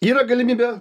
yra galimybė